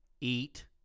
eat